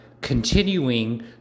continuing